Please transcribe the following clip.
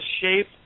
shape